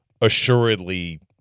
assuredly